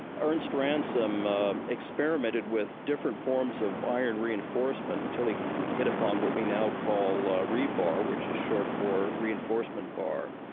ernest ransome experimented with different forms of iron reinforcement until he hit upon what we now call ah rebar which is short for reinforcement bar.